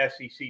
SEC